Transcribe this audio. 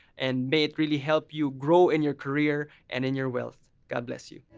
and may it really help you grow in your career and in your wealth. god bless you.